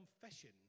confession